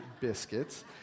biscuits